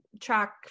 track